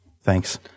Thanks